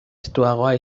estuagoa